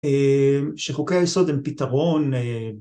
‫שחוקי היסוד הם פתרון...